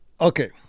Okay